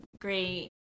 great